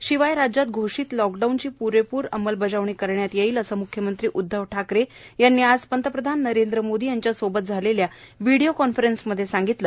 याशिवाय राज्यात घोषित लॉकडाऊनची पुरेपूर अंमलबजावणी करण्यात येईल असे म्ख्यमंत्री उद्धव ठाकरे यांनी आज पंतप्रधान नरेंद्र मोदी यांच्या समवेत झालेल्या व्हिडीओ कॉन्फरन्समध्ये सांगितले